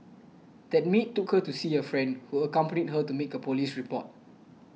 that maid took her to see a friend who accompanied her to make a police report